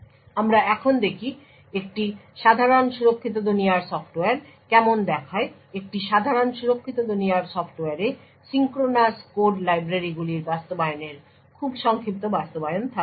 আমরা এখন দেখি একটি সাধারণ সুরক্ষিত দুনিয়ার সফ্টওয়্যার কেমন দেখায় একটি সাধারণ সুরক্ষিত দুনিয়ার সফ্টওয়্যারে সিঙ্ক্রোনাস কোড লাইব্রেরিগুলির বাস্তবায়নের খুব সংক্ষিপ্ত বাস্তবায়ন থাকবে